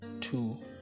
two